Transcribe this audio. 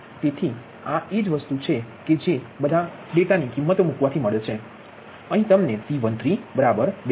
તેથી આ પણ આ જ વસ્તુ છે કે જે મા બધા ડેટા ને કીમતો મૂક્યા પછી અહીં તમને મળશે P13 2